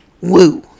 woo